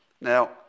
Now